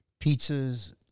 Pizzas